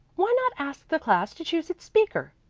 why not ask the class to choose its speaker?